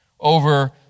over